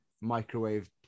microwave